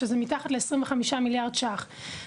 שזה מתחת ל-25 מיליארד שקלים,